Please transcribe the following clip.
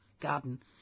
garden